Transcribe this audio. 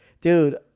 Dude